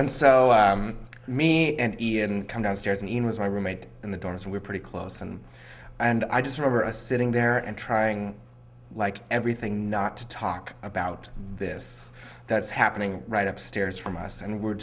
and so me and ian come downstairs and ian was my roommate in the dorms and we're pretty close and and i just remember a sitting there and trying like everything not to talk about this that's happening right upstairs from us and we're